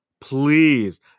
please